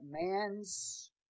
man's